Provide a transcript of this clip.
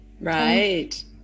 Right